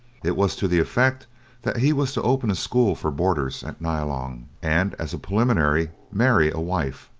it was to the effect that he was to open a school for boarders at nyalong, and, as a preliminary, marry a wife.